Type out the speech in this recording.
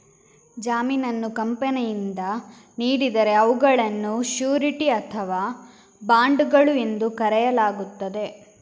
ಜಾಮೀನನ್ನು ಕಂಪನಿಯಿಂದ ನೀಡಿದರೆ ಅವುಗಳನ್ನು ಶ್ಯೂರಿಟಿ ಅಥವಾ ಬಾಂಡುಗಳು ಎಂದು ಕರೆಯಲಾಗುತ್ತದೆ